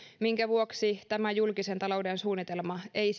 minkä vuoksi tämä julkisen talouden suunnitelma ei